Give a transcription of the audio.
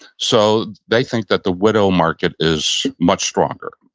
so they think that the widow market is much stronger.